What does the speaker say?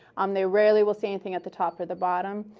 um they rarely will see anything at the top or the bottom,